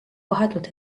vahetult